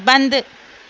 بند